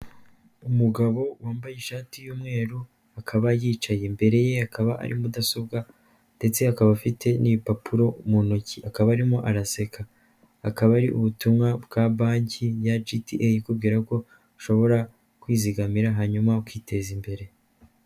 Umugabo wambaye ishati y'umweru akaba yicaye, imbere ye akaba ari mudasobwa ndetse akaba afite n'ibipapuro mu ntoki, akaba arimo araseka, akaba ari ubutumwa bwa banki ya Jiti eyi, ikubwira ko ushobora kwizigamira hanyuma ukiteza imbere.